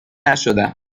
نشدم